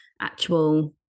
actual